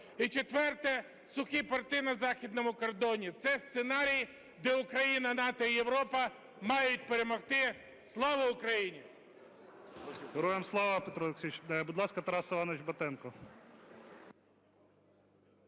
І четверте. Сухі порти на західному кордоні. Це сценарій, де Україна, НАТО і Європа мають перемогти. Слава Україні! ГОЛОВУЮЧИЙ. Героям слава, Петро Олексійович! Будь ласка, Тарас Іванович Батенко,